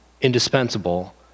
indispensable